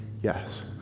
Yes